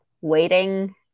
waiting